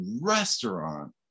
restaurant